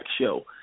show